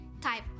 type